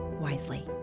wisely